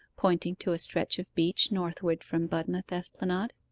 pointing to a stretch of beach northward from budmouth esplanade.